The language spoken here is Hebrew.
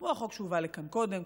כמו החוק שהובא לכאן קודם,